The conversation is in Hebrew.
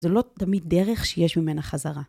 זה לא תמיד דרך שיש ממנה חזרה.